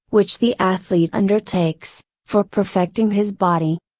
which the athlete undertakes, for perfecting his body.